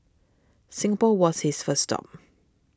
Singapore was his first stop